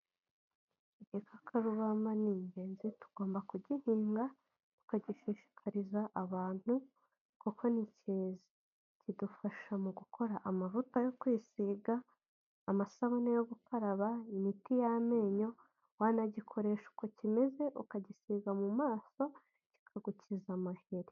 Igikakarubamba n'ingenzi tugomba kugihinga ukagishishikariza abantu kuko ni cyiza, kidufasha mu gukora amavuta yo kwisiga, amasabune yo gukaraba, imiti y'amenyo, wanagikoresha uko kimeze ukagisiga mu maso kikagukiza amaheri.